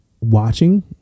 watching